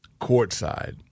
courtside